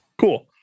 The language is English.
cool